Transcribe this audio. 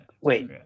wait